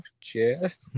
Cheers